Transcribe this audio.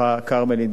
כרמל ידידי,